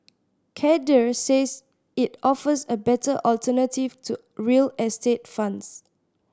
Cadre says it offers a better alternative to real estate funds